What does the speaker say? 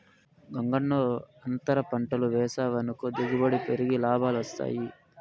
గంగన్నో, అంతర పంటలు వేసావనుకో దిగుబడి పెరిగి లాభాలొస్తాయి